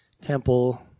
temple